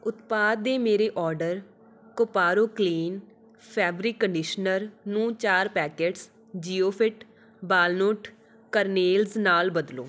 ਉਤਪਾਦ ਦੇ ਮੇਰੇ order Koparo clean fabric conditioner ਨੂੰ ਚਾਰ ਪੈਕੇਟਸ ਜਿਓਫਿੱਟ ਵਾਲਨੂਟ ਕਰਨੇਲਸ ਨਾਲ ਬਦਲੋ